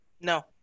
No